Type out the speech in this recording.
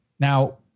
Now